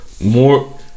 More